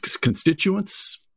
constituents